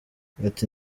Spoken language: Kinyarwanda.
ati